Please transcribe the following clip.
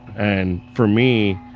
and for me,